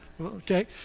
Okay